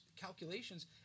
calculations